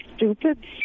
Stupid